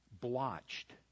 blotched